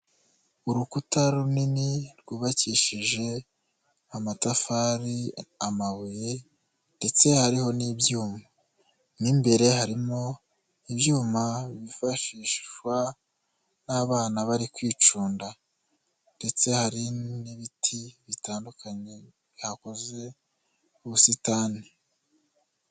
Urukuta runini rwubakishije amatafari, amabuye ndetse hariho n'ibyuma mo imbere, harimo ibyuma byifashishwa n'abana bari kwicunda, ndetse hari n'ibiti bitandukanye bihakoze ubusitani.